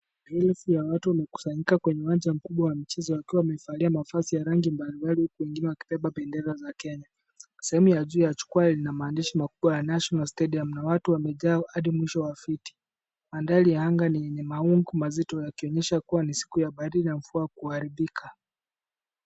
Rilis ya watu wamekusanyika kwenye uwanja wa michezo wakiwa wamevalia mavazi ya rangi mbalimbali huku wengine wakibeba bendera za kenya. Sehemu ya juu ya jukwaa ina maandishi makubwa National stadium na watu wamejaa hadi mwisho wa viti. Mandhari ya anga ni yenye mawingu mazito yakionyesha kuwa ni siku ya baridi na mvua kuharibika.